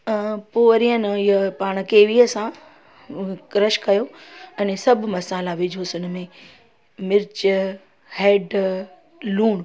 पोइ वरी आहे न इअ पाणि केवीअ सां क्रश कयो अने सभु मसाला विझोसि हिन में मिर्च हैडु लूणु